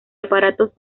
aparatos